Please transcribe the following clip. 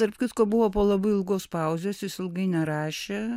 tarp kitko buvo po labai ilgos pauzės jis ilgai nerašė